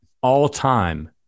all-time